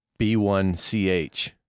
B1CH